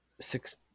six